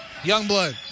Youngblood